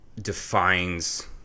defines